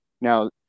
Now